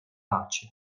pace